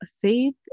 faith